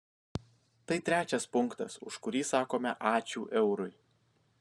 tai trečias punktas už kurį sakome ačiū eurui